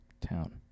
town